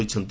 ହୋଇଛନ୍ତି